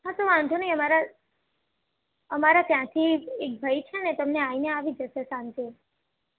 હા તો વાંધો નહીં અમારા અમારા ત્યાંથી એક એક ભાઈ છે ને તમને આવીને આપી જશે સાંજે